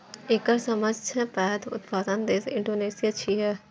एकर सबसं पैघ उत्पादक देश इंडोनेशिया छियै